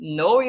no